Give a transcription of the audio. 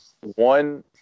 One